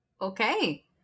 Okay